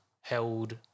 held